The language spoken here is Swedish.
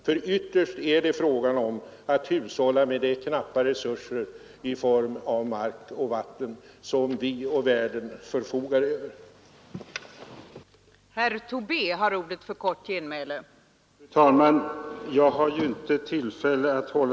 Ytterst är det nämligen en fråga om att hushålla med de knappa resurser i form av mark och vatten som vi och världen förfogar över. äga att dessa frågor bäst diskuteras utifrån proposi